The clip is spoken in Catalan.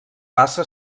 bassa